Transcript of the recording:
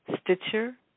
Stitcher